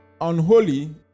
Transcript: unholy